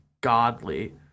godly